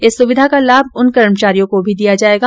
इस सुविधा का लाभ उन कर्मचारियों को भी दिया जायेगा